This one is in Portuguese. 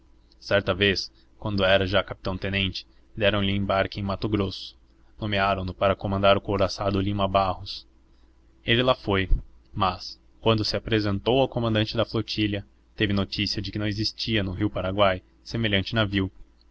certa vez quando era já capitão tenente deram-lhe um embarque em mato grosso nomearam no para comandar o couraçado lima barros ele lá foi mas quando se apresentou ao comandante da flotilha teve notícia de que não existia no rio paraguai semelhante navio